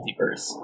multiverse